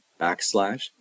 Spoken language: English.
backslash